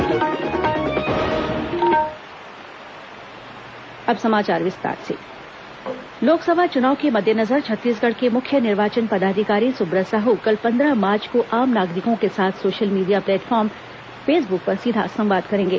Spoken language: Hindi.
सुब्रत साहू संवाद लोकसभा चुनाव के मद्देनजर छत्तीसगढ़ के मुख्य निर्वाचन पदाधिकारी सुब्रत साहू कल पन्द्रह मार्च को आम नागरिकों के साथ सोशल मीडिया प्लेटफार्म फेसंब्क पर सीधा संवाद करेंगे